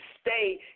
stay